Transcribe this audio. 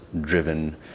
driven